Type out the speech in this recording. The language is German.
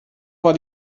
war